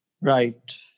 Right